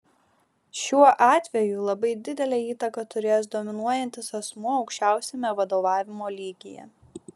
šiuo atveju labai didelę įtaką turės dominuojantis asmuo aukščiausiame vadovavimo lygyje